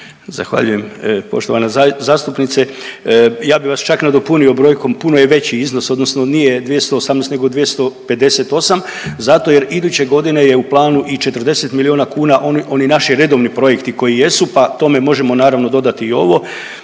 Zahvaljujem poštovana zastupnice. Ja bih vas čak nadopunio brojkom puno je veći iznos, odnosno nije 218 nego 258 zato jer iduće godine je u planu i 40 milijuna kuna oni naši redovni projekti koji jesu, pa tome možemo naravno dodati i ovo.